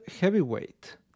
heavyweight